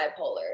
bipolar